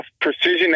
precision